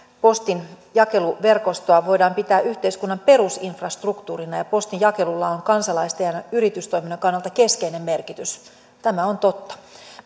postin jakeluverkostoa voidaan pitää yhteiskunnan perusinfrastruktuurina ja postin jakelulla on kansalaisten ja yritystoiminnan kannalta keskeinen merkitys tämä on totta